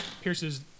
pierces